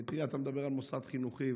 אתה מדבר על מוסד חינוכי,